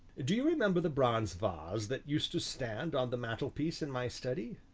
do you remember the bronze vase that used to stand on the mantelpiece in my study?